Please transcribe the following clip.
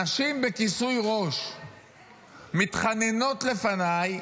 נשים בכיסוי ראש מתחננות לפניי,